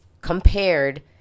compared